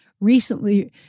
recently